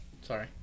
Sorry